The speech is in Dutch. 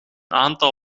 aantal